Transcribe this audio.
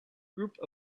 group